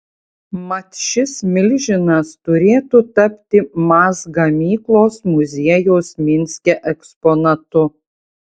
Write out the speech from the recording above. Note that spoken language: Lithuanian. mat šis milžinas turėtų tapti maz gamyklos muziejaus minske eksponatu